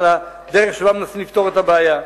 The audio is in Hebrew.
הדרך שבה מנסים לפתור את הבעיה,